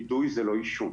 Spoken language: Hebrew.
אידוי זה לא עישון.